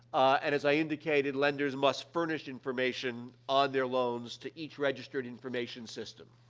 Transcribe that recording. and as i indicated, lenders must furnish information on their loans to each registered information system.